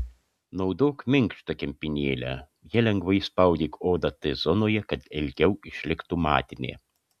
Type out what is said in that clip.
naudok minkštą kempinėlę ja lengvai spaudyk odą t zonoje kad ilgiau išliktų matinė